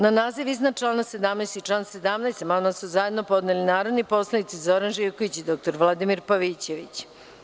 Na naziv iznad člana 17. i član 17. amandman su zajedno podneli narodni poslanici Zoran Živković i dr Vladimir Pavićević.